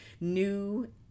new